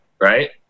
right